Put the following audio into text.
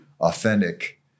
authentic